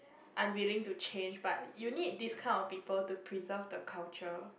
unwilling to change but you need this kind of people to preserve the culture